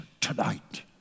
tonight